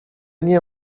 nie